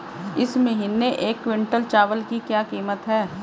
इस महीने एक क्विंटल चावल की क्या कीमत है?